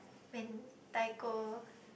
mentaiko